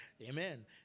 Amen